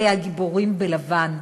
אלה הגיבורים בלבן,